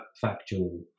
Factual